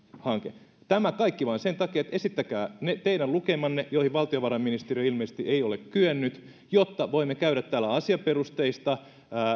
hanke tämä kaikki vain sen takia että esittäkää ne teidän lukemanne joihin valtiovarainministeriö ilmeisesti ei ole kyennyt jotta voimme käydä täällä asiaperusteista